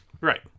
Right